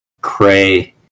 Cray